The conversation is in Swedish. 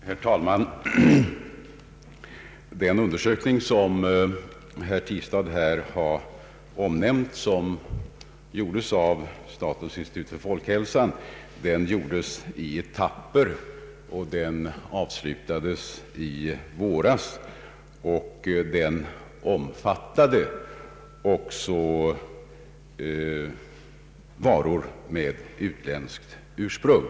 Herr talman! Den undersökning som herr Tistad här har omnämnt och som genomfördes av statens institut för folkhälsan skedde i etapper och avslutades i våras. Den omfattade också varor med utländskt ursprung.